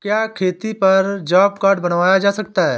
क्या खेती पर जॉब कार्ड बनवाया जा सकता है?